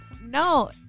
no